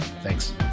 Thanks